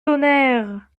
tonnerre